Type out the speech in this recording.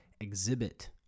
exhibit